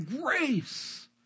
grace